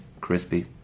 crispy